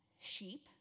sheep